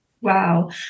wow